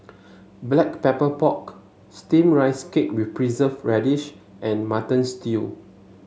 Black Pepper Pork steamed Rice Cake with Preserved Radish and Mutton Stew